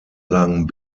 lang